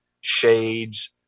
shades